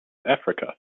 africa